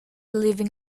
living